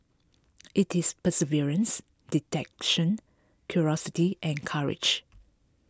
it is perseverance detection curiosity and courage